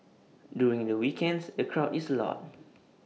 during the weekends the crowd is A lot